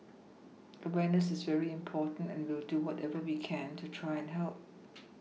awareness is very important and we will do whatever we can to try and help